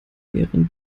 ihren